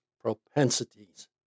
propensities